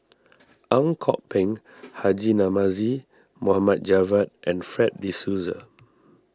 Ang Kok Peng Haji Namazie Mohamed Javad and Fred De Souza